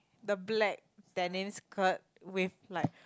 the black denim skirt with like